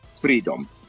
freedom